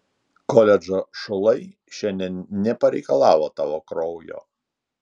koledžo šulai šiandien nepareikalavo tavo kraujo